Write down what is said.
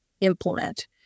implement